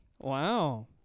Wow